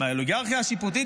מהאוליגרכיה השיפוטית,